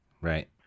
Right